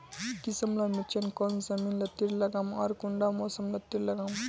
किसम ला मिर्चन कौन जमीन लात्तिर लगाम आर कुंटा मौसम लात्तिर लगाम?